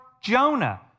Jonah